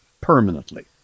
permanently